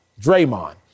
Draymond